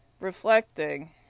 reflecting